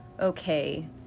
okay